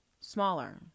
Smaller